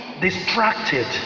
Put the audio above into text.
distracted